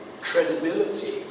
credibility